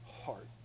heart